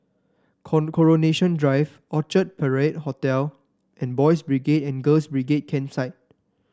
Coronation Drive Orchard Parade Hotel and Boys' Brigade and Girls' Brigade Campsite